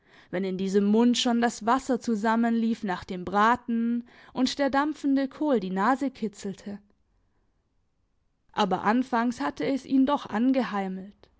wenn in diesem mund schon das wasser zusammenlief nach dem braten und der dampfende kohl die nase kitzelte aber anfangs hatte es ihn doch angeheimelt